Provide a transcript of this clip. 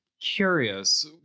curious